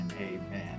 amen